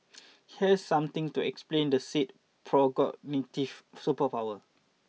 here's something to explain the said precognitive superpower